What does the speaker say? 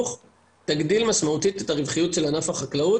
יגדיל משמעותית את הרווחיות של ענף החקלאות.